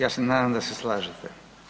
Ja se nadam da se slažete.